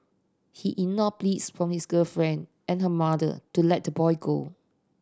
he ignored pleas from his girlfriend and her mother to let the boy go